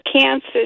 cancer